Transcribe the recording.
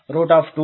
అని వ్రాశాము